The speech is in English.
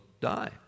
die